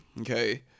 okay